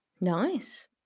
Nice